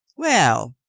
well,